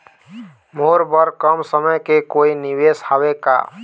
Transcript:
मोर बर कम समय के कोई निवेश हावे का?